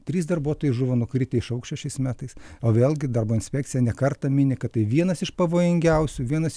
trys darbuotojai žuvo nukritę iš aukščio šiais metais o vėlgi darbo inspekcija ne kartą mini kad tai vienas iš pavojingiausių vienas